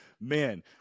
man